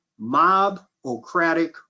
mobocratic